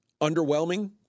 underwhelming